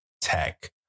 tech